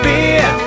Beer